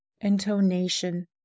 intonation